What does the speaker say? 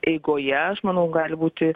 eigoje aš manau gali būti